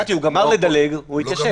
אמרתי, הוא גמר לדלג הוא התיישב.